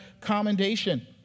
commendation